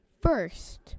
First